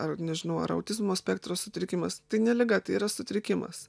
ar nežinau ar autizmo spektro sutrikimas tai ne liga tai yra sutrikimas